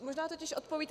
Možná totiž odpovíte.